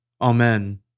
Amen